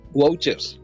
vouchers